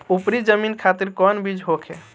उपरी जमीन खातिर कौन बीज होखे?